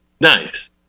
Nice